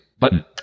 Button